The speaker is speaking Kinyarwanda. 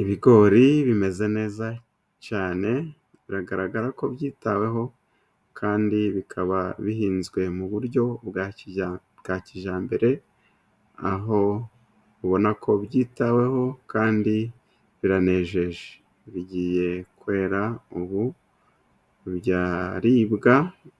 Ibigori bimeze neza cyane biragaragara ko byitaweho, kandi bikaba bihinzwe mu buryo bwa bwa kijyambere, aho ubona ko byitaweho kandi biranejeje, bigiye kwera ubu byaribwa